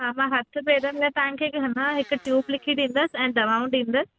हा मां हथ पेरनि में तव्हांखे हा न हिकु ट्यूब लिखी ॾींदसि ऐं दवाऊं ॾींदसि